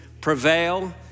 prevail